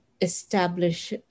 establish